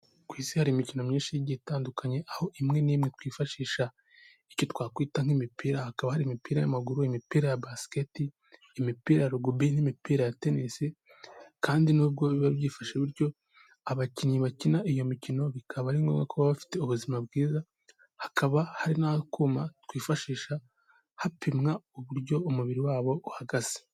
Ku isi hari imikino myinshi itandukanye aho imwe n'imwe twifashisha icyo twakwita nk'imipira: hakaba ari imipira y'amaguru, imipira ya basiketi, imipira ya rugubi, n'imipira ya tenisi, kandi nubwo biba byifashe bityo abakinnyi bakina iyo mikino bikaba ari ngombwa kuba bafite ubuzima bwiza, hakaba hari n'akuma twifashisha hapimwa uburyo umubiri wabo uhagaze.